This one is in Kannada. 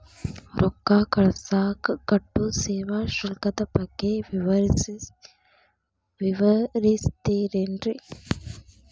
ರೊಕ್ಕ ಕಳಸಾಕ್ ಕಟ್ಟೋ ಸೇವಾ ಶುಲ್ಕದ ಬಗ್ಗೆ ವಿವರಿಸ್ತಿರೇನ್ರಿ?